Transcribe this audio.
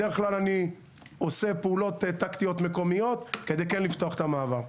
בד"כ אני עושה פעולות טקטיות מקומיות כדי כן לפתוח את המעבר.